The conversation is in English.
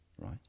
right